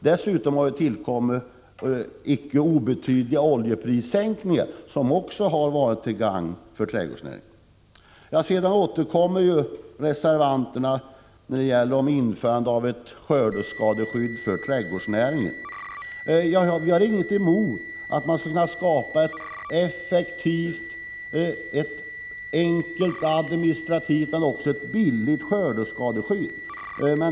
Dessutom har tillkommit inte obetydliga oljeprissänkningar, som varit till gagn för trädgårdsnäringen. Reservanterna återkommer vidare till frågan om införande av ett skördeskadeskydd för trädgårdsnäringen. Vi har inget emot att man skapar ett effektivt, administrativt enkelt och billigt skördeskadeskydd.